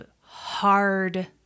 hard